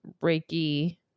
reiki